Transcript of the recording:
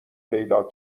پیدا